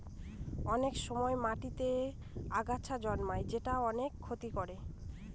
অনেক সময় মাটিতেতে আগাছা জন্মায় যেটা অনেক ক্ষতি করে